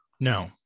No